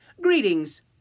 Greetings